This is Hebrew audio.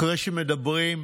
אחרי שמדברים,